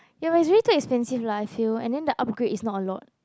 ya but it's really too expensive lah I feel and then the upgrade is not a lot